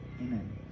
amen